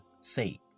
say